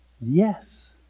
Yes